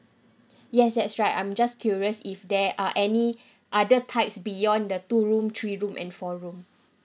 yes that's right I'm just curious if there are any other types beyond the two room three room and four room